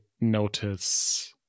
notice